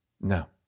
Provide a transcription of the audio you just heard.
No